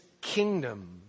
kingdom